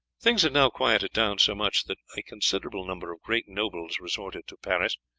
things had now quieted down so much that a considerable number of great nobles resorted to paris,